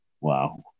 Wow